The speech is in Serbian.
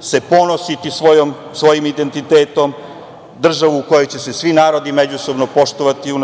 se ponositi svojim identitetom, državu u kojoj će se svi narodi međusobno poštovati,